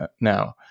now